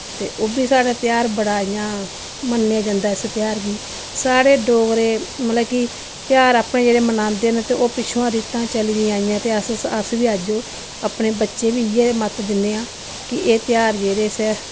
ते ओह् बी साढ़ै तेहार बड़ा इ'यां मन्नेआ जंदा इस तेहार गी साढ़े डोगरे मतलब कि तेहार अपने जेह्ड़े मनांदे न ते ओह् पिच्छोआं रीतां चली दियां आइयां ते अस अस बी अज्ज ओह् अपने बच्चे बी इ'यै मत्त दिन्ने आं कि एह् तेहार जेह्ड़े स